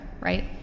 right